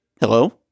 Hello